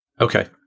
Okay